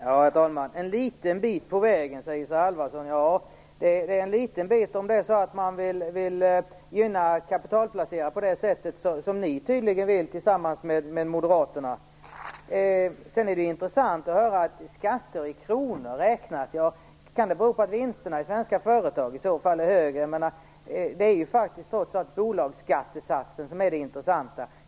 Herr talman! Isa Halvarsson säger att det här är "en bit på vägen". Ja, det är en bit på vägen om man vill gynna kapitalplacerare på det sätt som Folkpartiet och Moderaterna tydligen vill göra. Det är intressant att Isa Halvarsson talar om skatter i kronor räknat. Kan det bero på att vinsterna i svenska företag i så fall är högre? Det är ju trots allt bolagsskattesatsen som är det intressanta.